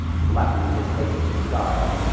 flattening his face to the sky.